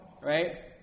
right